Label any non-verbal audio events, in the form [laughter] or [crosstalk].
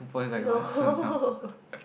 no [laughs]